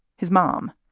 his mom,